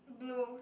blue